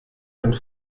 und